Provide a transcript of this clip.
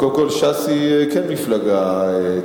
קודם כול, ש"ס היא כן מפלגה ציונית.